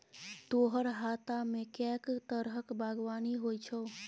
तोहर हातामे कैक तरहक बागवानी होए छौ